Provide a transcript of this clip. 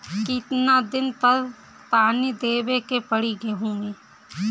कितना दिन पर पानी देवे के पड़ी गहु में?